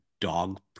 dog